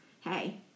hey